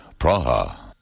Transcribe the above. Praha